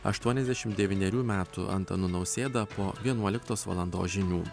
aštuoniasdešim devynerių metų antanu nausėda po vienuoliktos valandos žinių